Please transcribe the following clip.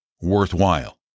worthwhile